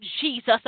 jesus